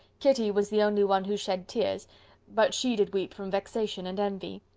kitty was the only one who shed tears but she did weep from vexation and envy.